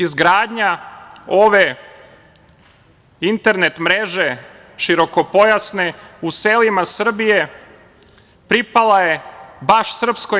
Izgradnja ove internet mreže širokopojasne u selima Srbije pripala je baš SNS.